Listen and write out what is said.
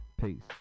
peace